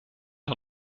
are